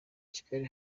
kigali